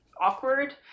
awkward